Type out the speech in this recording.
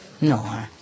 No